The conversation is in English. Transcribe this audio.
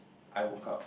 I woke up